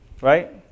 right